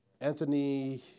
Anthony